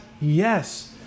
Yes